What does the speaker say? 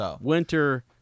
Winter